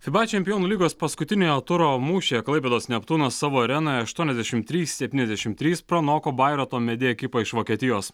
fiba čempionų lygos paskutiniojo turo mūšyje klaipėdos neptūnas savo arenoje aštuoniasdešimt trys septyniasdešimt trys pranoko bairoito medi ekipą iš vokietijos